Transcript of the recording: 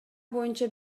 боюнча